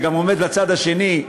זה עומד גם לצד השני.